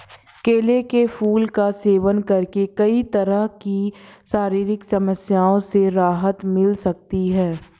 केले के फूल का सेवन करके कई तरह की शारीरिक समस्याओं से राहत मिल सकती है